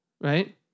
right